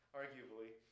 arguably